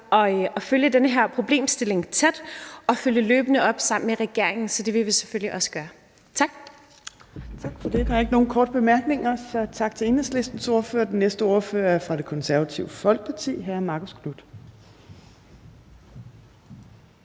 at følge den her problemstilling tæt og følge løbende op på det sammen med regeringen. Så det vil vi selvfølgelig også gøre. Tak. Kl. 14:28 Fjerde næstformand (Trine Torp): Tak for det. Der er ikke nogen korte bemærkninger, så tak til Enhedslistens ordfører. Den næste ordfører er fra Det Konservative Folkeparti. Hr. Marcus Knuth.